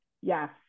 yes